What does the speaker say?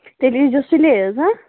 تیٚلہِ ییٖزیٚو سُلے حظ